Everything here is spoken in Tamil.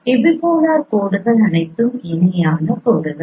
எபிபோலார் கோடுகள் அனைத்தும் இணையான கோடுகள்